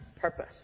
purpose